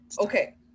okay